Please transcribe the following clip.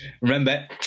Remember